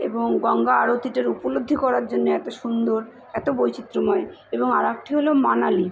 এবং গঙ্গা আরতিটা উপলব্ধি করার জন্য এত সুন্দর এত বৈচিত্র্যময় এবং আর একটি হল মানালি